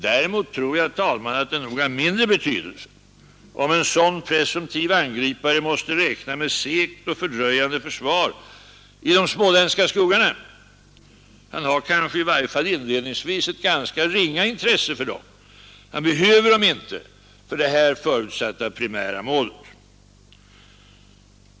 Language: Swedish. Däremot tror jag, herr talman, att det har mindre krigsavhållande betydelse om en sådan presumtiv angripare måste räkna med segt och fördröjande försvar i de småländska skogarna. Han har kanske, i varje fall inledningsvis, ett ganska ringa intresse för dem; han behöver dem inte för det här förutsatta primära målet.